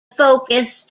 focus